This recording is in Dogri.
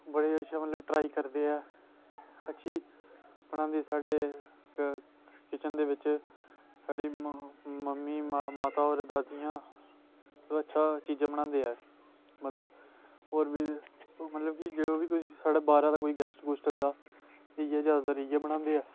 बड़े अच्छा मतलव ट्राई करदे ऐ अच्छी बनांदे साढ़े किचन दे बिच्च साढ़ी मम्मी माता होर दादियां अच्छा चीजां बनांदे ऐं मध्दरा होर बी मतलव कि जो बी साढ़ै बाह्रा दा कोई गैस्ट गुस्ट आंदा इयै जादातर इयै बनांदे ऐ